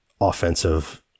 offensive